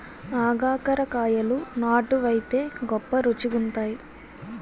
ఆగాకరకాయలు నాటు వైతే గొప్ప రుచిగుంతాయి